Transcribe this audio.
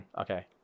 Okay